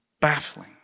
baffling